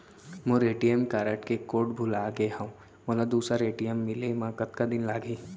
मोर ATM card के कोड भुला गे हव, मोला दूसर ए.टी.एम मिले म कतका दिन लागही?